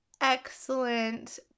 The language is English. excellent